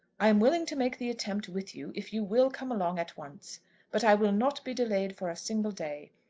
i am willing to make the attempt with you if you will come along at once but i will not be delayed for a single day.